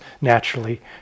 naturally